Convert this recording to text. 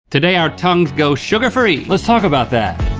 today, our tongues go sugar-free. let's talk about that.